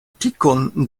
tikon